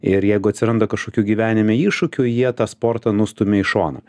ir jeigu atsiranda kažkokių gyvenime iššūkių jie tą sportą nustumia į šoną